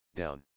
down